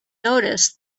noticed